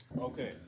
Okay